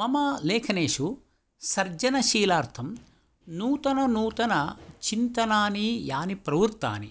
मम लेखनेषु सर्जनशीलार्थं नूतननूतनचिन्तनानि यानि प्रवृत्तानि